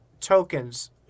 tokens